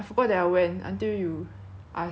you know I I went with the same friend also